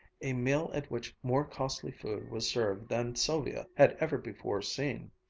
a meal at which more costly food was served than sylvia had ever before seen,